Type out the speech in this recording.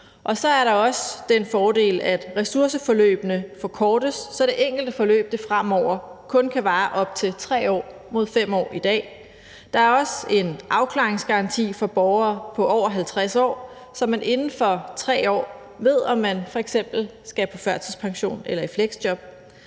og så er der også den fordel, at ressourceforløbene forkortes, så det enkelte forløb fremover kun kan vare op til 3 år mod 5 år i dag. Der er også en afklaringsgaranti for borgere på over 50 år, så man inden for 3 år ved, om man f.eks. skal på førtidspension eller i fleksjob.